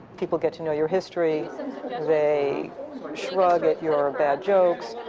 people get to know your history they shrug at your bad jokes.